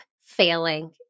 failing